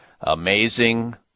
amazing